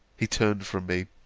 he turned from me,